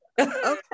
Okay